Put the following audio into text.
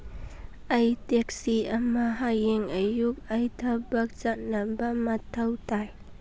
ꯑꯩ ꯇꯦꯛꯁꯤ ꯑꯃ ꯍꯌꯦꯡ ꯑꯌꯨꯛ ꯑꯩ ꯊꯕꯛ ꯆꯠꯅꯕ ꯃꯊꯧ ꯇꯥꯏ